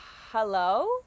hello